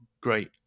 great